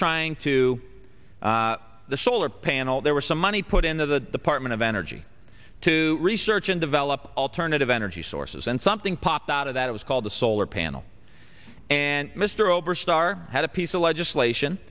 trying to the solar panel there was some money put into the department of energy to research and develop alternative energy sources and something popped out of that was called the solar panel and mr oberstar had a piece of legislation